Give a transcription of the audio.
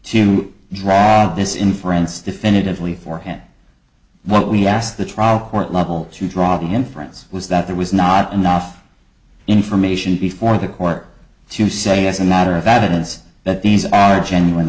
to drop this inference definitively for him what we asked the trial court level to draw the inference was that there was not enough information before the court to say as a matter of balance that these are genuine